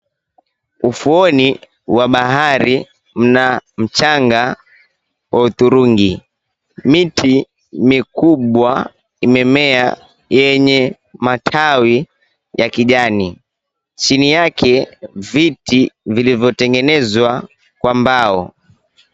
Ufuoni mwa bahari mna mchanga wa hudhurungi. Miti mikubwa imemea yenye matawi ya kijani. Chini yake viti vilivyotengenezwa kwa mbao.